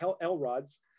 Elrod's